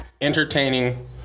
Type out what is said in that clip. entertaining